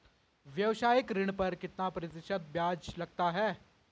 व्यावसायिक ऋण पर कितना प्रतिशत ब्याज लगता है?